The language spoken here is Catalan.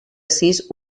sis